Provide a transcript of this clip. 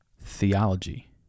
Theology